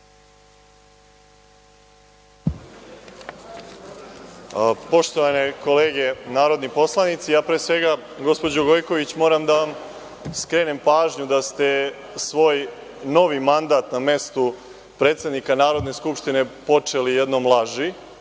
Poštovane kolege narodni poslanici, pre svega, gospođo Gojković, moram da vam skrenem pažnju da ste svoj novi mandat na mestu predsednika Narodne skupštine počeli jednom laži,